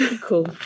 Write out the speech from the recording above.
Cool